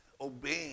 obeying